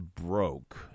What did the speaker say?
broke